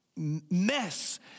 Mess